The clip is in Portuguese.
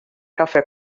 café